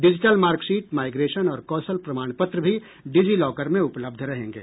digital marksheet migration और कौशल प्रमाण पत्र भी डिजिलॉकर में उपलब्ध रहेंगे